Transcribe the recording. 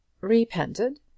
Repented